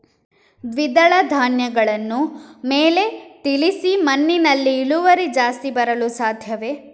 ದ್ವಿದಳ ಧ್ಯಾನಗಳನ್ನು ಮೇಲೆ ತಿಳಿಸಿ ಮಣ್ಣಿನಲ್ಲಿ ಇಳುವರಿ ಜಾಸ್ತಿ ಬರಲು ಸಾಧ್ಯವೇ?